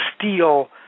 steal